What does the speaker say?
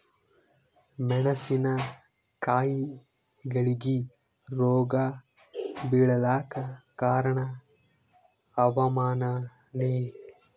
ಮೆಣಸಿನ ಕಾಯಿಗಳಿಗಿ ರೋಗ ಬಿಳಲಾಕ ಕಾರಣ ಹವಾಮಾನನೇ?